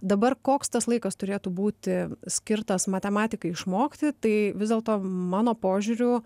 dabar koks tas laikas turėtų būti skirtas matematikai išmokti tai vis dėlto mano požiūriu